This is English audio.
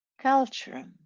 culture